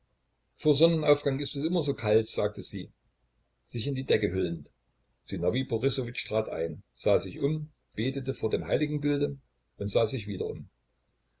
vor sonnenaufgang ist es immer so kalt sagte sie sich in die decke hüllend sinowij borissowitsch trat ein sah sich um betete vor dem heiligenbilde und sah sich wieder um